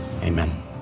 Amen